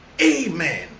amen